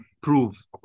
prove